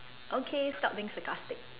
okay stop being sarcastic